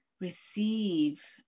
receive